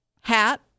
hat